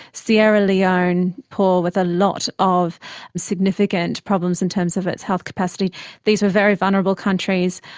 sierra leone, poor, with a lot of significant problems in terms of its health capacity these were very vulnerable countries.